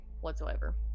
whatsoever